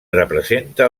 representa